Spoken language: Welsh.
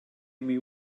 imi